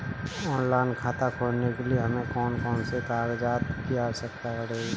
Online खाता खोलने के लिए हमें कौन कौन से कागजात की आवश्यकता पड़ेगी?